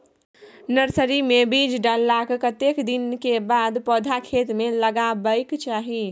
Nursery मे बीज डाललाक कतेक दिन के बाद पौधा खेत मे लगाबैक चाही?